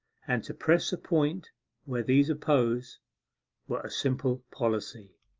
and to press a point where these oppose were a simple policy.